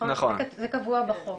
זה קבוע בחוק.